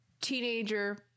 Teenager